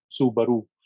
Subaru